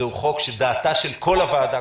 זה חוק שדעתה של כל הוועדה,